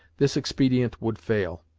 this expedient would fail.